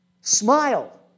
Smile